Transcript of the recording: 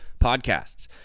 podcasts